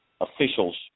officials